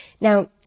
Now